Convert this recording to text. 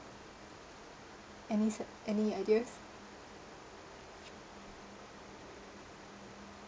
any se~ any ideas